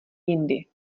jindy